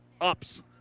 ups